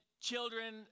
children